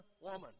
woman